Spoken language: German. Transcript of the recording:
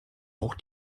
auch